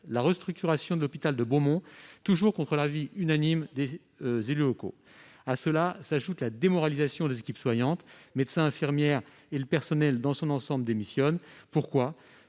la restructuration de l'hôpital de Beaumont-sur-Oise, toujours contre l'avis unanime des élus locaux. À cela s'ajoute la démoralisation des équipes soignantes. Les médecins, les infirmières et l'ensemble du personnel démissionnent. Pourquoi ?